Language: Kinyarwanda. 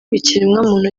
ikiremwamuntu